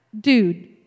dude